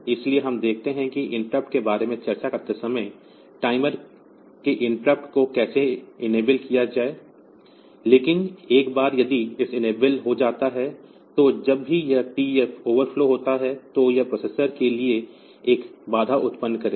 इसलिए हम देखते हैं कि इंटरप्ट के बारे में चर्चा करते समय टाइमर के इंटरप्ट को कैसे इनेबल किया जाए लेकिन एक बार यदि यह इनेबल हो जाता है तो जब भी यह TF ओवरफ्लो होता है तो यह प्रोसेसर के लिए एक बाधा उत्पन्न करेगा